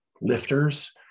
lifters